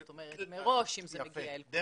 זאת אומרת מראש אם זה מגיע אליהם.